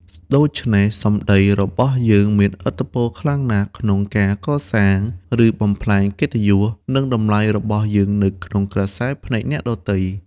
ដូច្នេះ សម្ដីរបស់យើងមានឥទ្ធិពលខ្លាំងណាស់ក្នុងការកសាង ឬបំផ្លាញកិត្តិយស និងតម្លៃរបស់យើងនៅក្នុងក្រសែភ្នែកអ្នកដទៃ។